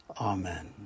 Amen